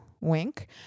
wink